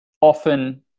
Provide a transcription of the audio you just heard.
often